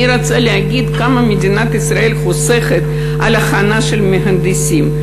אני רוצה להגיד כמה מדינת ישראל חוסכת על הכנה של מהנדסים.